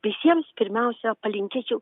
visiems pirmiausia palinkėčiau